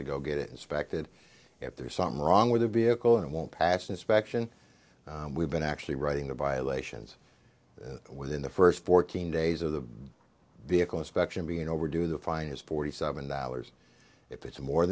ago get it inspected if there's something wrong with the vehicle and won't pass inspection we've been actually writing the violations within the first fourteen days of the vehicle inspection being overdue the fine is forty seven dollars if it's more